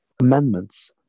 amendments